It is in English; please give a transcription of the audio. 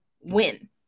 win